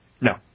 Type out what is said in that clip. No